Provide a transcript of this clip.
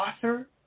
author